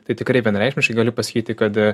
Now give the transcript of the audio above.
tai tikrai vienareikšmiškai galiu pasakyti kad